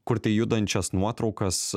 kurti judančias nuotraukas